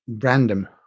random